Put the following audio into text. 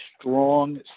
strong